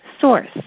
source